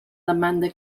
demanda